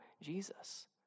Jesus